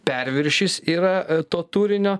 perviršis yra to turinio